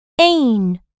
ain